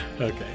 Okay